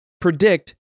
predict